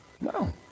No